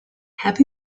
have